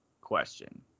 question